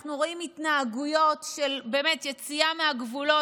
אנחנו רואים התנהגויות של יציאה מהגבולות.